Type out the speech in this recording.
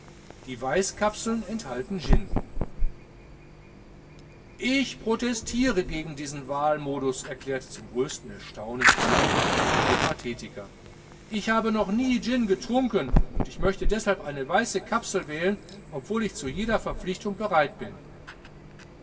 die weißkapseln enthalten gin ich protestiere gegen diesen wahlmodus erklärte zum größten erstaunen aller der peripathetiker ich habe noch nie gin getrunken und möchte deshalb eine weiße kapsel wählen obwohl ich zu jeder verpflichtung bereit bin